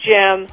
Jim